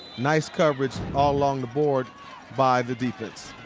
nice coverage all along the board by the defense.